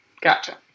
Gotcha